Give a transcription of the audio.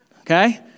Okay